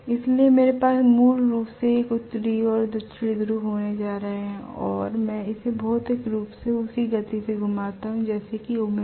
इसलिए मेरे पास मूल रूप से एक उत्तरी ध्रुव और दक्षिणी ध्रुव होने जा रहे हैंऔर मैं इसे भौतिक रूप से उसी गति से घुमाता हूं जैसे कि ओमेगा